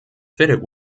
fitted